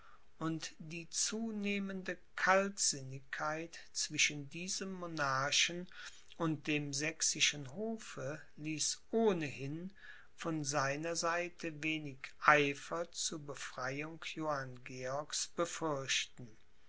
und die zunehmende kaltsinnigkeit zwischen diesem monarchen und dem sächsischen hofe ließ ohnehin von seiner seite wenig eifer zu befreiung johann georgs